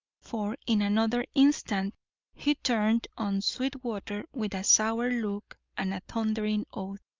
for in another instant he turned on sweetwater with a sour look and a thundering oath.